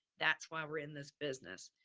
that's why we're in this business.